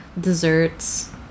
desserts